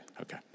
Okay